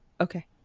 Okay